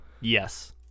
Yes